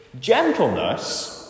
Gentleness